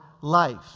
life